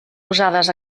usades